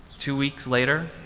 two weeks later